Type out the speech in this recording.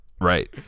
Right